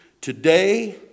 today